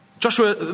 Joshua